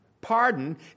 Pardon